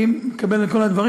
אני מקבל את כל הדברים,